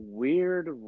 weird